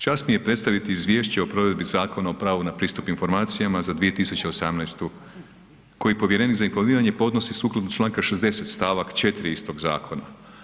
Čast mi je predstaviti izvješće o provedbi Zakona o pravu na pristup informacijama za 2018. koji povjerenik za informiranje podnosi sukladno čl. 60. st. 4 istog zakona.